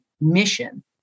mission